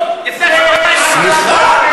סליחה?